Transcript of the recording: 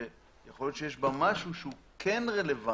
יכול להיות שיש בה משהו שהוא כן רלוונטי